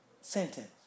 sentence